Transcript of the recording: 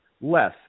less